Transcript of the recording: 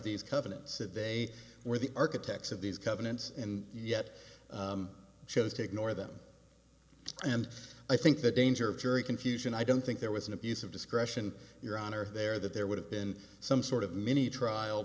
these covenants said they were the architects of these covenants and yet chose to ignore them and i think the danger of jury confusion i don't think there was an abuse of discretion your honor there that there would have been some sort of mini trial